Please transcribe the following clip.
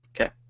Okay